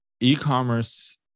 e-commerce